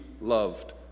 loved